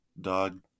Dog